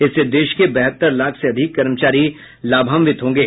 इससे देश के बहत्तर लाख से अधिक कर्मचारी लाभान्वित होंगे